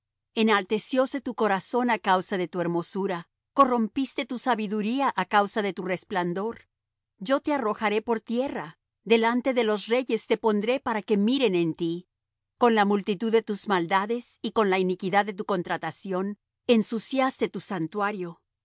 cubridor enaltecióse tu corazón á causa de tu hermosura corrompiste tu sabiduría á causa de tu resplandor yo te arrojaré por tierra delante de los reyes te pondré para que miren en ti con la multitud de tus maldades y con la iniquidad de tu contratación ensuciaste tu santuario yo